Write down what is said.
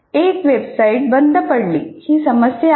एक वेबसाइट बंद पडली ही समस्या आहे